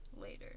Later